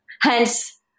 Hence